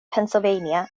pennsylvania